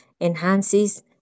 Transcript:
enhances